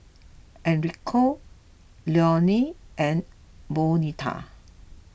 Enrico Leonel and Bonita